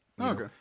okay